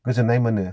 गोजोननाय मोनो